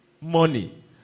money